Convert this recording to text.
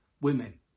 women